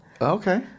Okay